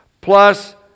plus